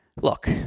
Look